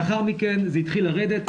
לאחר מכן זה התחיל לרדת,